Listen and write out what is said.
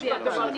טוב,